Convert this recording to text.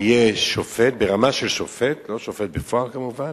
יהיה שופט, ברמה של שופט, לא שופט בפועל, כמובן,